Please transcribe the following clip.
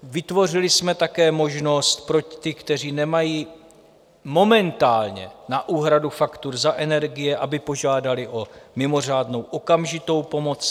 Vytvořili jsme také možnost pro ty, kteří nemají momentálně na úhradu faktur za energie, aby požádali o mimořádnou okamžitou pomoc.